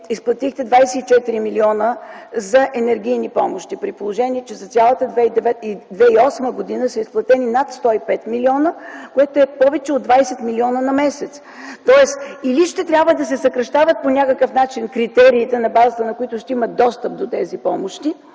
изплатихте 24 милиона за енергийни помощи, при положение че за цялата 2008 г. са изплатени над 105 милиона, което е повече от 20 милиона на месец, тоест или ще трябва да се съкращават по някакъв начин критериите, на базата на които ще се има достъп до тези помощи,